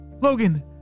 Logan